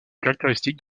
caractéristique